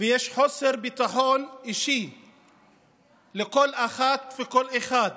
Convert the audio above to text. ויש חוסר ביטחון אישי לכל אחת ולכל אחד